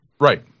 Right